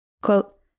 Quote